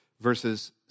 Verses